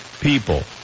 people